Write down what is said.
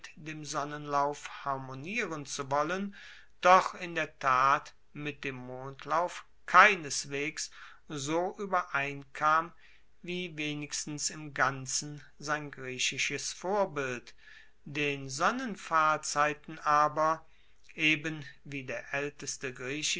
dem sonnenlauf harmonieren zu wollen doch in der tat mit dem mondlauf keineswegs so uebereinkam wie wenigstens im ganzen sein griechisches vorbild den sonnenfahrzeiten aber eben wie der